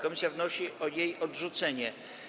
Komisja wnosi o jej odrzucenie.